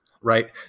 right